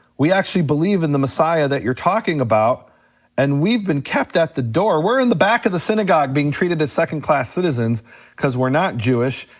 we actually believe in the messiah that you're talking about and we've been kept at the door, we're in the back of the synagogue being treated as second class citizens cause we're not jewish,